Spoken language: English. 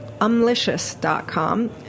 Umlicious.com